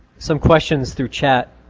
some questions through chat